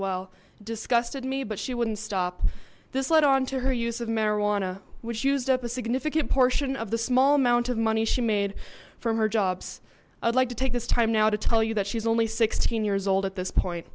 well disgusted me but she wouldn't stop this let on to her use of marijuana which used up a significant portion of the small amount of money she made from her jobs i'd like to take this time now to tell you that she's only sixteen years old at this point